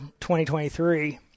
2023